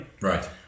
Right